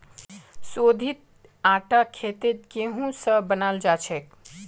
शोधित आटा खेतत गेहूं स बनाल जाछेक